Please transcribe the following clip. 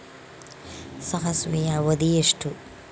ಸಾಸಿವೆಯ ಅವಧಿ ಎಷ್ಟು?